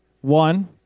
one